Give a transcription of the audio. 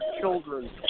children